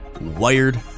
wired